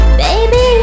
baby